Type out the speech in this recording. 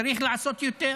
צריך לעשות יותר.